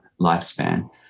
lifespan